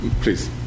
please